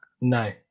no